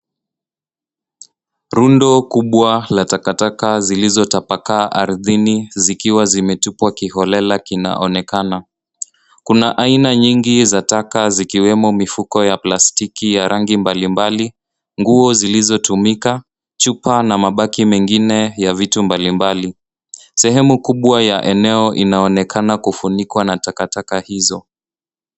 Rundo kubwa la takataka zilizotapakaa ardhini zikiwa zimetupwa kiholela kinaonekana. Kuna aina nyingi za taka zikiwemo mifuko ya plastiki ya rangi mbalimbali, nguo zilizotumika, chupa na mabaki mengine ya vitu mbalimbali. Sehemu kubwa ya eneo inaonekana kufunikwa na takataka hizo.